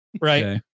Right